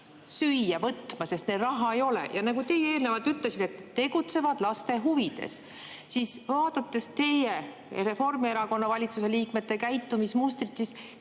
süüa võtma, sest neil raha ei ole, ja nagu teie eelnevalt ütlesite, et [tegutseda tuleb] laste huvides, siis vaadates teie ja Reformierakonna valitsusliikmete käitumismustrit, kas